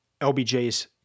LBJ's